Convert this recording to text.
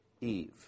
Eve